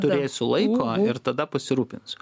turėsiu laiko ir tada pasirūpinsiu